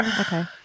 Okay